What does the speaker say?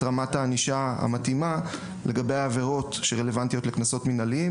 רמת הענישה המתאימה לגבי העבירות שרלוונטיות לקנסות מינהליים.